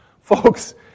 Folks